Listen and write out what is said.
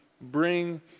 bring